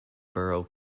borough